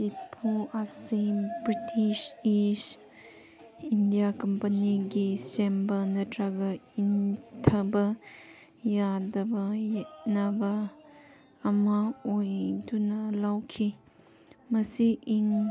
ꯇꯤꯄꯨ ꯑꯁꯤ British East India ꯀꯝꯄꯅꯤꯒꯤ ꯁꯦꯝꯕ ꯅꯠꯇ꯭ꯔꯒ ꯏꯪꯊꯕ ꯌꯥꯗꯕ ꯌꯦꯠꯅꯕ ꯑꯃ ꯑꯣꯏꯗꯨꯅ ꯂꯧꯈꯤ ꯃꯁꯤ ꯏꯪ